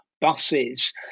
buses